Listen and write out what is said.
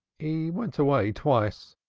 he went away twice.